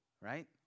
right